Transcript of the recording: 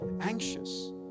anxious